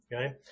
okay